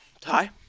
Ty